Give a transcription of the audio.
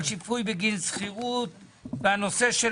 על שיפוי בגין שכירות ועל נושא של